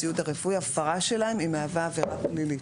הציוד הרפואי ועבירה שלהם מהווה עבירה פלילית.